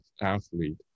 athlete